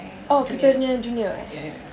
oh kita punya junior eh